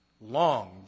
longed